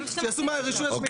הם קיוו שהוא יעשה להם את העבודה.